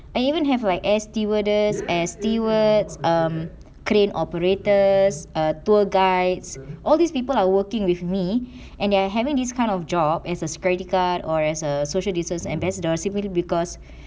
I even have like air stewardess air stewards um crane operators err tour guides all these people are working with me and they are having this kind of job as a security guard or as a social distance ambassador simply because